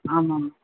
ஆமாம் மேம்